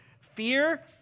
fear